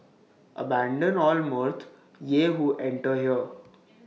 abandon all mirth ye who enter here